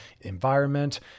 environment